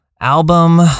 album